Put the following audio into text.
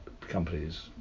companies